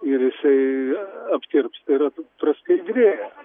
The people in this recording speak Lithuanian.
ir jisai aptirpsta ir ap praskaidrėja